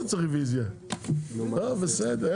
בסדר.